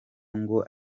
ngo